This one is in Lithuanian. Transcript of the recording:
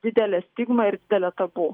didelė stigma ir didelė tabu